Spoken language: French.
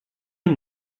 une